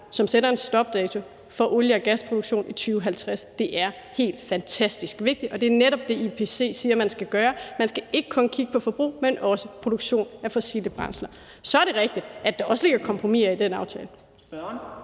som sætter en stopdato for olie- og gasproduktion i 2050. Det er helt fantastisk vigtigt, og det er netop det, IPCC siger at man skal gøre. Man skal ikke kun kigge på forbrug, men også produktion af fossile brændsler. Så er det rigtigt, at der også ligger kompromiser i den aftale.